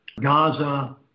Gaza